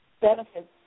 benefits